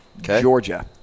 Georgia